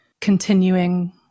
continuing